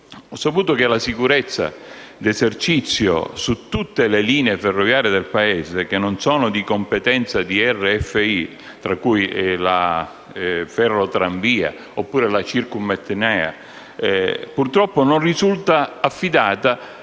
ho saputo che la sicurezza di esercizio su tutte le linee ferroviarie del Paese, che non sono di competenza della RFI, fra cui la Ferrotranviaria SpA o la Circumetnea, purtroppo non risulta affidata